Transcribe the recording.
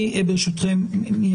ברשותכם, אני